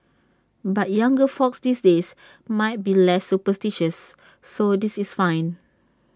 but younger folks these days might be less superstitious so this is fine